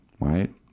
right